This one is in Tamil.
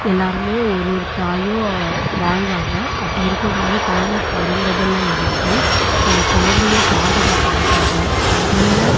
எல்லாருமே ஒரு ஒரு தாயும் வாழ்வாங்க அப்படி இருக்கும் போது குழந்த பிறந்ததுல இருந்து அந்த குழந்தைய பாதுகாக்குறதுக்காக முதல்ல